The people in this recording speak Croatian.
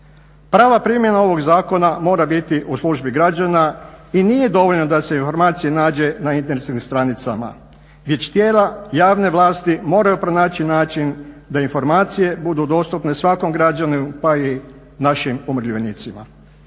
Prava primjena ovog zakona mora biti u službi građana i nije dovoljno da se informacija nađe na internetskim stranicama, već tijela javne vlasti moraju pronaći način da informacije budu dostupne svakom građanu pa i našim umirovljenicima.